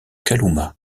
kalumah